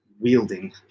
wielding